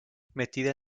metida